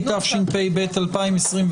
התשפ"ב-2021,